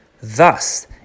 Thus